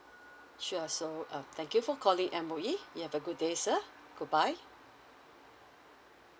sure so uh thank you for calling M_O_E you have a good day sir goodbye